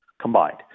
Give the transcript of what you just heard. Combined